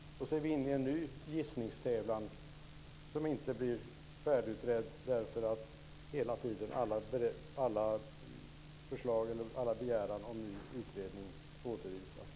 Så är vi inne i en ny gissningstävlan, som inte blir färdigutredd därför att alla krav på ny utredning hela tiden avvisas.